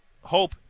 hope